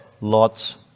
Lot's